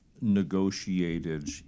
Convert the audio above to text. negotiated